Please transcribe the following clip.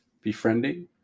befriending